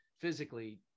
physically